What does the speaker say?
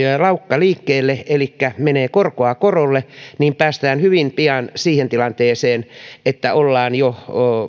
laukka liikkeelle elikkä menee korkoa korolle niin päästään hyvin pian siihen tilanteeseen että ollaan jo